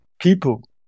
people